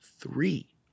three